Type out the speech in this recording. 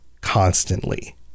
constantly